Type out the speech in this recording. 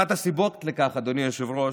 אחת הסיבות לכך, אדוני היושב-ראש,